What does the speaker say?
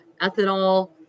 ethanol